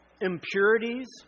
impurities